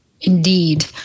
Indeed